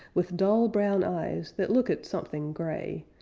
with dull brown eyes that look at something gray,